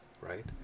right